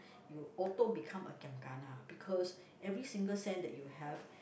you auto become a giam-gana because every single cent that you have